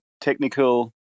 technical